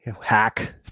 Hack